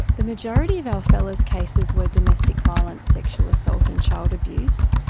the majority of alfela's cases were domestic violence, sexual assault and child abuse.